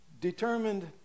determined